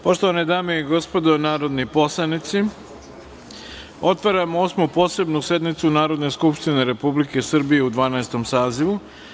Poštovane dame i gospodo narodni poslanici, otvaram Osmu posebnu sednicu Narodne skupštine Republike Srbije u Dvanaestom sazivu.